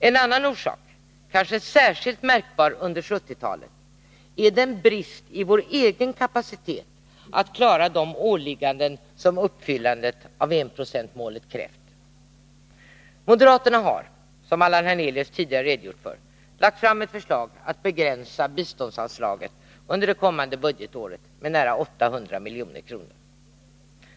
En annan orsak — kanske särskilt märkbar under 1970-talet — är bristen i vår egen kapacitet att klara de åligganden som uppfyllandet av enprocentsmålet krävt. Moderaterna har, som Allan Hernelius tidigare redogjort för, lagt fram ett förslag om att begränsa biståndsanslaget under det kommande budgetåret med nära 800 milj.kr.